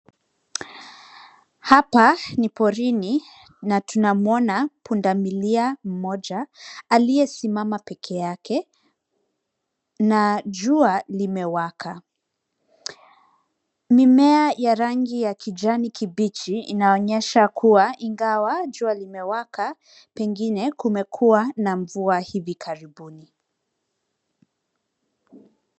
Hapa ni porini na tunamwona pundamilia mmoja aliyesimama pekee yake na jua limewaka. Mimea ya rangi ya kijani kibichi inaonyesha kuwa ingawa jua limewaka pengine kumekua na mvua hivi karibuni.